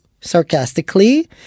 sarcastically